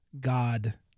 God